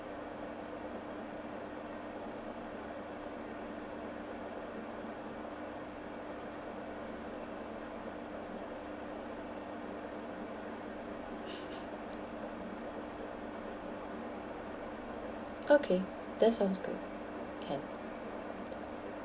okay that sounds good can